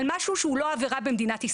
על משהו שהוא לא עבירה במדינת ישראל.